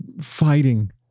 fighting